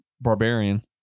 barbarian